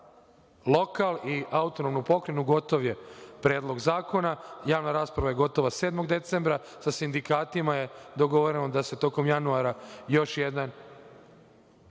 lokal i autonomnu pokrajinu? Gotov je predlog zakona, javna rasprava je gotova 7. decembra, sa sindikatima je dogovoreno da se tokom januara još jedna